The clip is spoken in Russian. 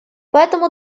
поэтому